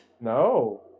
No